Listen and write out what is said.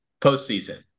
postseason